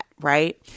right